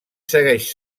segueix